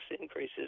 increases